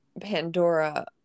Pandora